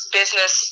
business